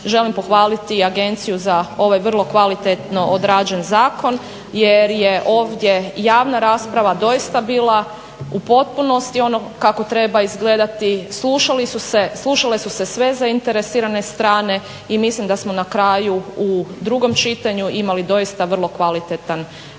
želim pohvaliti agenciju za ovaj vrlo kvalitetno odrađen zakon jer je ovdje javna rasprava doista bila u potpunosti ono kako treba izgledati, slušale su se sve zainteresirane strane i mislim da smo na kraju u drugom čitanju imali doista vrlo kvalitetan Zakon